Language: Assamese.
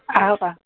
আহক আহক